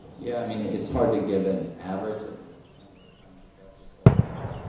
yeah. i mean, it's hard to give an average of the number of times the debts are sold now,